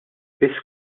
biss